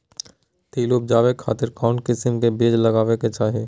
तिल उबजाबे खातिर कौन किस्म के बीज लगावे के चाही?